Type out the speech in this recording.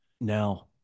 now